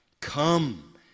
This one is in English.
Come